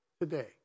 today